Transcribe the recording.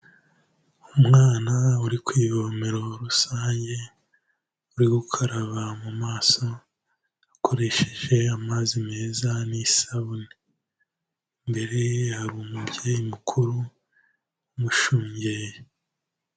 Umwana uri ku ivome rusange, uri gukaraba mu maso akoresheje amazi meza n'isabune, imbere hari umubyeyi mukuru umushungeye.